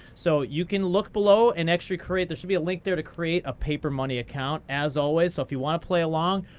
so you can look below and actually create there should be a link there to create a paper money account, as always. so if you want to play along,